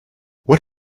what